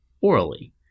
orally